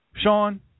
Sean